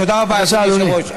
תודה רבה, אדוני היושב-ראש.